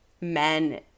men